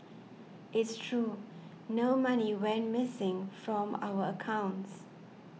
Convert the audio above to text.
it's true no money went missing from our accounts